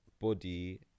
body